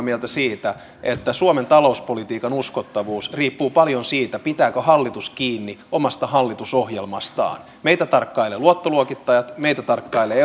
mieltä siitä että suomen talouspolitiikan uskottavuus riippuu paljon siitä pitääkö hallitus kiinni omasta hallitusohjelmastaan meitä tarkkailevat luottoluokittajat meitä tarkkailee